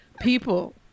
People